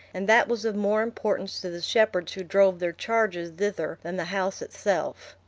and that was of more importance to the shepherds who drove their charges thither than the house itself.